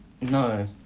No